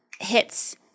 Hits